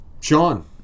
Sean